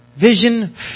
Vision